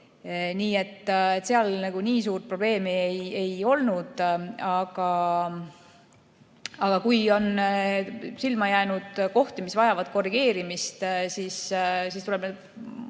jääks. Seal nii suurt probleemi ei olnud. Aga kui on silma jäänud kohti, mis vajavad korrigeerimist, siis tuleb